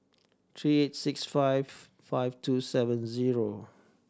three eight six five five two seven zero